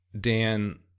Dan